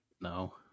No